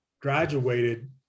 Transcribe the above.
graduated